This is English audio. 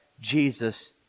Jesus